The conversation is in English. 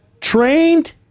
trained